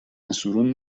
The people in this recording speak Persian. سورون